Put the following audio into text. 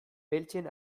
beltzen